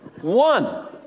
one